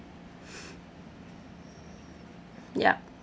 yup